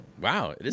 Wow